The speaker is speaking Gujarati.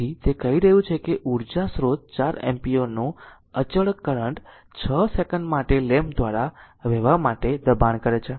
તેથી તે કહી રહ્યું છે કે ઉર્જા સ્ત્રોત 4 એમ્પીયરનો અચળ કરંટ 6 સેકન્ડ માટે લેમ્પ દ્વારા વહેવા માટે દબાણ કરે છે